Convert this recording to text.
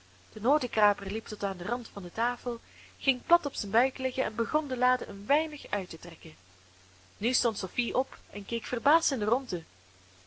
de notenkraker liep tot aan den rand van de tafel ging plat op zijn buik liggen en begon de lade een weinig uit te trekken nu stond sophie op en keek verbaasd in de rondte